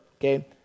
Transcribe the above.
okay